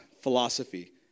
philosophy